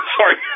Sorry